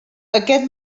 aquest